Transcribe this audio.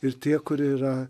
ir tie kur yra